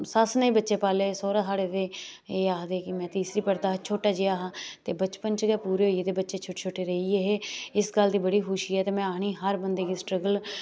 सस्स नै बच्चे पाले सौह्रा साढ़े भाई एह् आखदे में तीसरी पढ़दा हा छोटा जेहा हा ते बचपन च गै पूरे होई गै छोटे छोटे रेहियै हे इस गल्ल दी बड़ी खुशी ऐ में आखनी हर बंदे गी स्ट्रगल